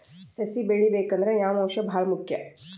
ಸಸಿ ಬೆಳಿಬೇಕಂದ್ರ ಯಾವ ಅಂಶ ಭಾಳ ಮುಖ್ಯ?